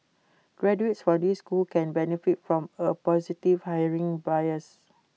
graduates from these schools can benefit from A positive hiring bias